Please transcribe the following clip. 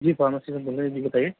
جی pharmacy بول رہے ہیں جی بتائیں